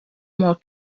more